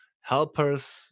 helpers